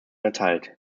erteilt